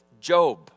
Job